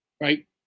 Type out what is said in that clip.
right